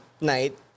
night